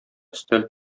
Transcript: өстәл